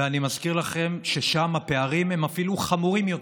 ואני מזכיר לכם ששם הפערים הם אפילו חמורים יותר.